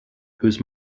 whose